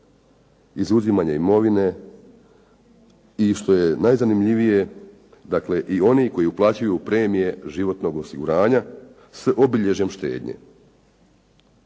izuzimanja imovine i što je najzanimljivije, dakle i oni koji uplaćuju premije životnog osiguranja s obilježjem štednje.